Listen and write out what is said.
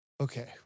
Okay